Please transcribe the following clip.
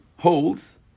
Holds